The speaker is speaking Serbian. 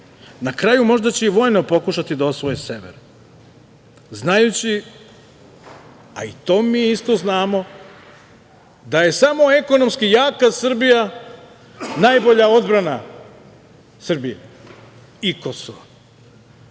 Na kraju, možda će i vojno pokušati da osvoje sever, znajući, a i to mi isto znamo, da je samo ekonomski jaka Srbija najbolja odbrana Srbije i Kosova.